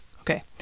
Okay